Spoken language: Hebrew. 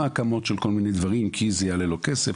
הקמות של כל מיני דברים כי זה יעלה לו כסף,